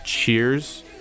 Cheers